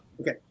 okay